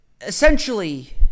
essentially